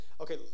Okay